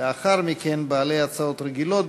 ראשון הדוברים יהיה חבר הכנסת באסל גטאס,